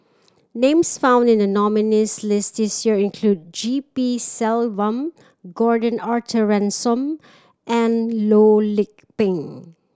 names found in the nominees' list this year include G P Selvam Gordon Arthur Ransome and Loh Lik Peng